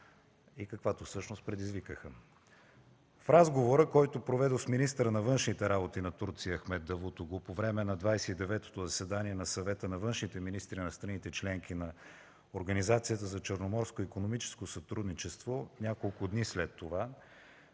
и каквато всъщност предизвикаха. В разговора, който проведох с министъра на външните работи на Турция Ахмет Давутоглу по време на 29-то заседание на Съвета на външните министри на страните – членки на Организацията за Черноморско икономическо сътрудничество няколко дни след това,